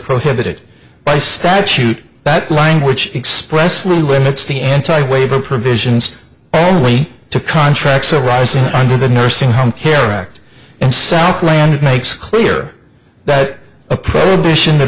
prohibited by statute that language expressly limits the anti waiver provisions only to contracts arising under the nursing home care act in self land it makes clear that a prohibition that